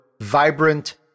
vibrant